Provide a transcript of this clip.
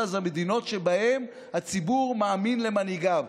אלה המדינות שבהן הציבור מאמין למנהיגיו.